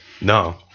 No